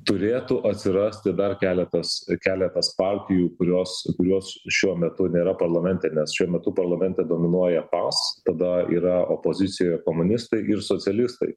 turėtų atsirasti dar keletas keletas partijų kurios kurios šiuo metu nėra parlamente nes šiuo metu parlamente dominuoja tas tada yra opozicijoje komunistai ir socialistai